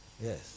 Yes